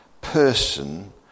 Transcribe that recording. person